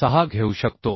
6 घेऊ शकतो